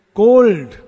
cold